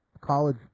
College